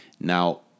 Now